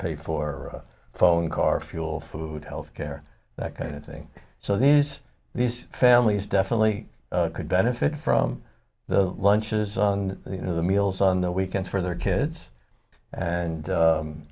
pay for phone car fuel food health care that kind of thing so these these families definitely could benefit from the lunches and you know the meals on the weekends for their kids and